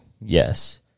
yes